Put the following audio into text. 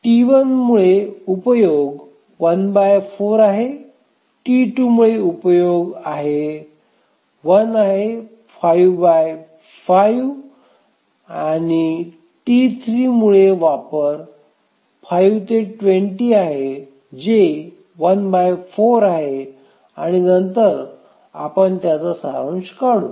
T1मुळे उपयोग 1 बाय 4 आहे T2 मुळे उपयोग 1 आहे 5 बाय 5 आणि T3 मुळे वापर 5 ते 20 आहे जे 1 बाय 4 आहे आणि नंतर आपण त्याचा सारांश काढू